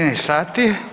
13 sati.